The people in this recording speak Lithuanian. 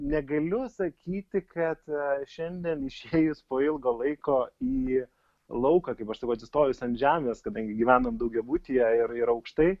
negaliu sakyti kad šiandien išėjus po ilgo laiko į lauką kaip aš sakau atsistojus ant žemės kadangi gyvenam daugiabutyje ir ir aukštai